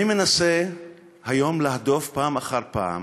אני מנסה היום להדוף פעם אחר פעם